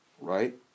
Right